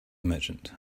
merchant